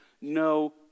no